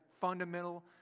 fundamental